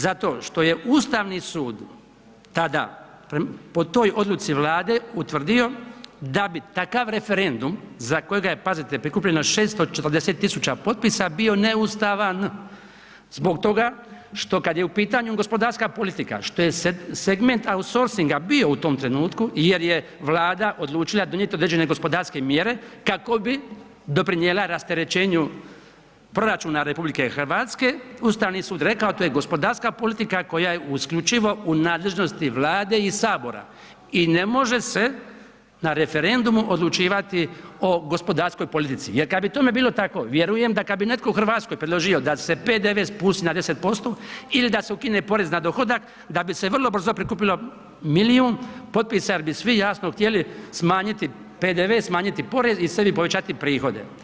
Zato što je Ustavni sud tada po toj odluci Vlade utvrdio da bi takav referendum za koga je pazite, prikupljeno 640 000 potpisa bio neustavan zbog toga što kad je u pitanju gospodarska politika, što je segment outsourcinga bio u tom trenutku jer je Vlada odlučila donijeti određene gospodarske mjere kako bi doprinijela rasterećenju proračuna RH, Ustavni sud rekao to je gospodarska politika koja je isključivo u nadležnosti Vlade i Sabora i ne može se na referendumu odlučivati o gospodarskoj politici jer kad bi tome bilo tako, vjerujem da kad bi netko u Hrvatskoj netko predložio da se PDV spusti na 10% ili da se ukine porez na dohodak, da bi se vrlo brzo prikupilo milijun potpisa jer bi svi jasno htjeli smanjiti PDV, smanjiti porez i sebi povećati prihode.